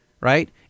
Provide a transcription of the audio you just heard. Right